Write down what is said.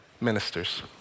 ministers